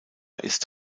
ist